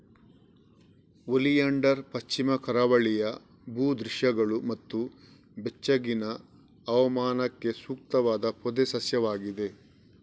oleander ಪಶ್ಚಿಮ ಕರಾವಳಿಯ ಭೂ ದೃಶ್ಯಗಳು ಮತ್ತು ಬೆಚ್ಚಗಿನ ಹವಾಮಾನಕ್ಕೆ ಸೂಕ್ತವಾದ ಪೊದೆ ಸಸ್ಯವಾಗಿದೆ